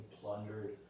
plundered